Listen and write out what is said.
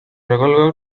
regular